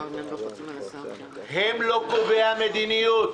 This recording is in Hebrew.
הם לא קובעי המדיניות.